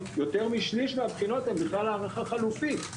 יותר משליש מהבחינות הן בכלל הערכה חלופית.